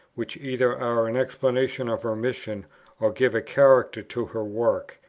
which either are an explanation of her mission or give a character to her work.